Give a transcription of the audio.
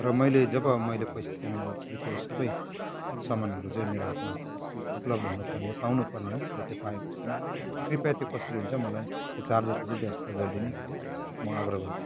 र मैले जब मैले पैसा पेमेन्ट गरिसकेँ त्यो सबै समानहरू चाहिँ मेरो हातमा उपलब्ध हुनुपर्ने हो पाउनु पर्ने हो र त्यो पाएको छैन कृपया त्यो कसरी हुन्छ मलाई त्यो चार्जरको चाहिँ व्यवस्था गरिदिने म आग्रह गर्दछु